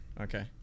Okay